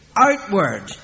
outward